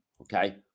okay